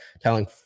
telling